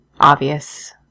obvious